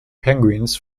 penguins